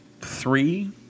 three